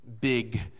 big